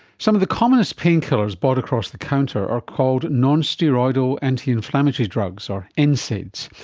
some of the commonest painkillers bought across the counter are called non-steroidal anti-inflammatory drugs or and nsaids,